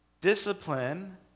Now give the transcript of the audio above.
discipline